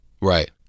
right